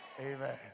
Amen